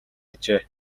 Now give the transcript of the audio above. ажээ